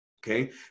Okay